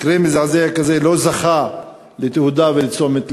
מקרה מזעזע כזה לא זכה לתהודה ולתשומת לב,